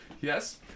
Yes